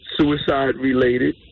suicide-related